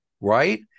Right